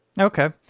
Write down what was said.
Okay